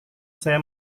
saya